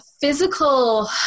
physical